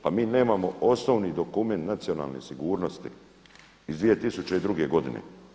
Pa mi nemamo osnovni dokument nacionalne sigurnosti iz 2002. godine.